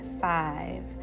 five